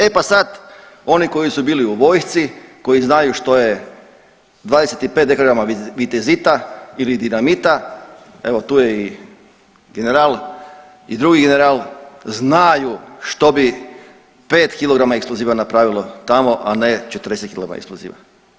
E pa sad oni koji su bili u vojsci koji znaju što je 25 dkg vitezita ili dinamita, evo i tu je i general i drugi general znaju što bi 5 kg eksploziva napravilo tamo, a ne 40 kg eksploziva.